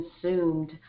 consumed